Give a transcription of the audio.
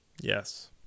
Yes